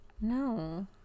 No